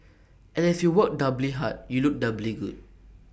and if you work doubly hard you look doubly good